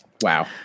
Wow